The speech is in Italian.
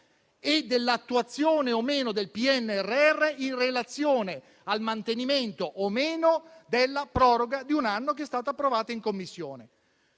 e dell'attuazione o meno del PNRR, in relazione al mantenimento o meno della proroga di un anno che è stata approvata in Commissione